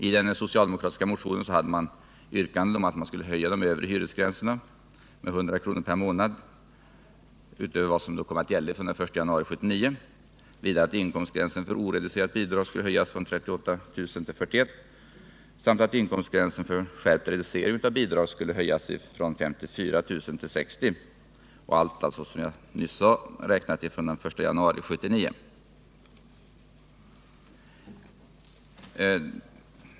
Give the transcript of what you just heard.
I den socialdemokratiska motionen fanns yrkanden om att höja den övre hyresgränsen med 100 kr. per månad utöver vad som kommer att gälla från den 1 januari 1979, vidare att inkomstgränsen för oreducerat bidrag skulle höjas från 38 000 kr. till 41 000 kr. samt att inkomstgränsen för skärpt reducering av bidrag skulle höjas från 54 000 kr. till 60 000 kr., allt räknat från den 1 januari 1979.